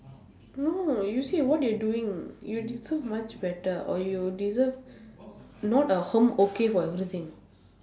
no you see what you're doing you deserve much better or you deserve not a hmm okay for everything